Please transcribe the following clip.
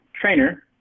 trainer